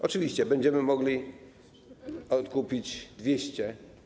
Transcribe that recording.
Oczywiście, będziemy mogli odkupić 200.